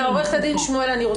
עוה"ד שמואלי,